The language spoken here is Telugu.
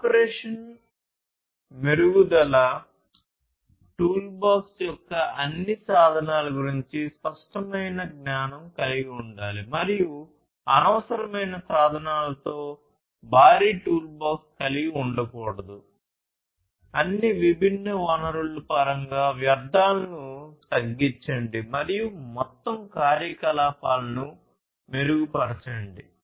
ఆపరేషన్ మెరుగుదల పరంగా వ్యర్థాలను తగ్గించండి మరియు మొత్తం కార్యకలాపాలను మెరుగుపరచండి